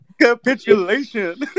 Capitulation